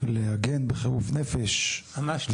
להגן בחירוף נפש --- ממש לא.